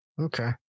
Okay